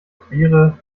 queere